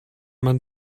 man